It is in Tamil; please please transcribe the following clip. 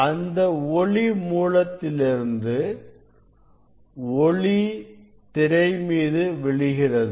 அந்த ஒளி மூலத்திலிருந்து ஒளி திரை மீது விழுகிறது